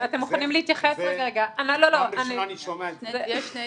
פעם ראשונה אני שומע את זה.